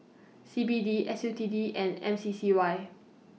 C B D S U T D and M C C Y